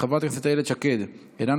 אני מניח,